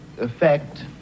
effect